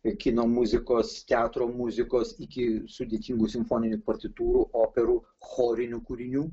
kino muzikos teatro muzikos iki sudėtingų simfoninių partitūrų operų chorinių kūrinių